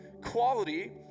quality